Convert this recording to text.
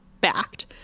backed